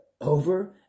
over